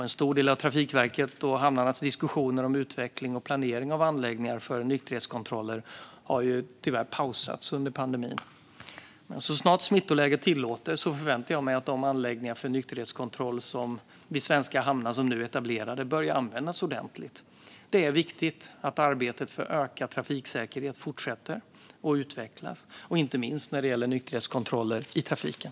En stor del av Trafikverkets och hamnarnas diskussioner om utveckling och planering av anläggningar för nykterhetskontroller har tyvärr pausats under pandemin. Så snart smittläget tillåter förväntar jag mig att de anläggningar för nykterhetskontroll vid svenska hamnar som nu är etablerade börjar användas ordentligt. Det är viktigt att arbetet för ökad trafiksäkerhet fortsätter och utvecklas, inte minst när det gäller nykterhetskontroller i trafiken.